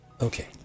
Okay